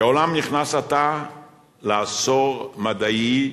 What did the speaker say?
כי העולם נכנס לעשור מדעי,